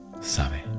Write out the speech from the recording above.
sabe